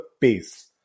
pace